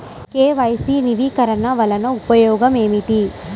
KYC నవీకరణ వలన ఉపయోగం ఏమిటీ?